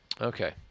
Okay